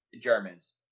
Germans